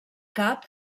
cap